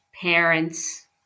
parents